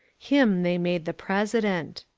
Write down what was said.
him they made the president.